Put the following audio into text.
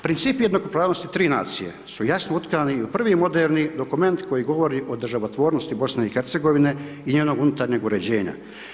Princip jednakopravnosti tri nacije su jasno utkani i u prvi moderni dokument koji govori o državotvornosti BiH-a i njenog unutarnjeg uređenja.